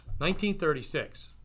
1936